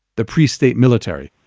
the pre-state military